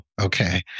Okay